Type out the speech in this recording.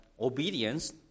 obedience